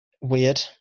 weird